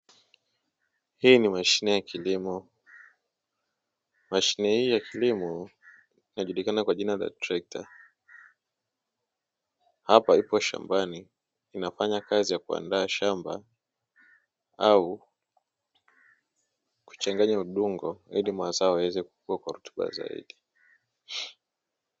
Hii ni mashine ya kilimo. Mashine hii ya kilimo inajulikana kwa jina la trekta. Hapa ipo shambani inafanya kazi ya kuandaa shamba au kuchanganya udongo ili mazao yaweze kukua kwa rutuba zaidi.